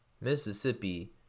Mississippi